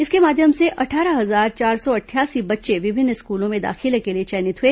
इसके माध्यम से अट्ठारह हजार चार सौ अट्ठायासी बच्चे विभिन्न स्कूलों में दाखिलें के लिए चयनित हुए